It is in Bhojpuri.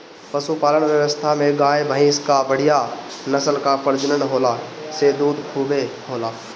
पशुपालन व्यवस्था में गाय, भइंस कअ बढ़िया नस्ल कअ प्रजनन होला से दूध खूबे होला